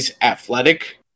Athletic